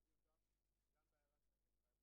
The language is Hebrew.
הכול אפשרי ואין לנו עמדת מדיניות על הנושא הזה.